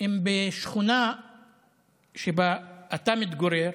אם בשכונה שבה אתה מתגורר,